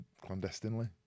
Clandestinely